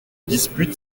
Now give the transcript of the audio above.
dispute